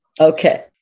Okay